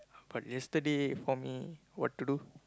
but yesterday for me what to do